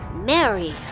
Mary